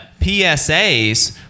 PSAs